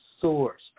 source